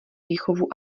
výchovu